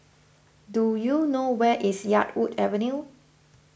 do you know where is Yarwood Avenue